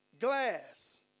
Glass